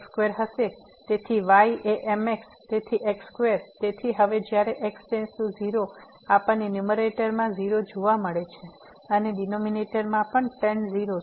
તેથી y એ mx તેથી x2 તેથી હવે જ્યારે x → 0 આપણને ન્યુમરેટરમાં 0 જેવા મળે છે અને ડીનોમીનેટરમાં પણ tan 0